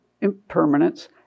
impermanence